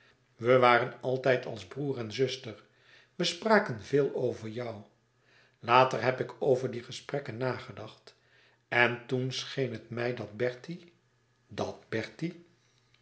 we waren altijd als broêr en zuster we spraken veel over jou later heb ik over die gesprekken nagedacht en toen scheen het mij dat bertie dat bertie